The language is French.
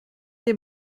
des